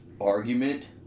argument